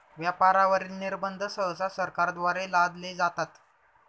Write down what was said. व्यापारावरील निर्बंध सहसा सरकारद्वारे लादले जातात